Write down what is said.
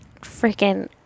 freaking